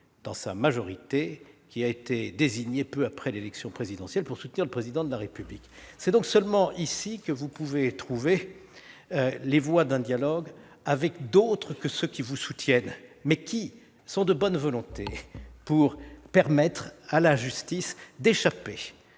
dans sa majorité, qui a été désignée peu après l'élection présidentielle pour soutenir le Président de la République. C'est donc seulement ici, au Sénat, que vous pouvez trouver les voies d'un dialogue avec d'autres que ceux qui vous soutiennent, mais qui sont de bonne volonté pour permettre à la justice d'échapper